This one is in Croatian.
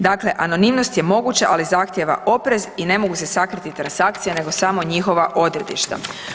Dakle, anonimnost je moguća, ali zahtjeva oprez i ne mogu se sakriti transakcije nego samo njihova odredišta.